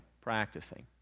practicing